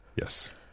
Yes